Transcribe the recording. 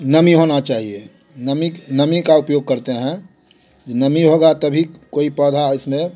नमी होना चाहिए नमी नमी का उपयोग करते हैं नमी होगा तभी कोई पौधा इसमें